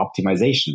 optimization